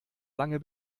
lange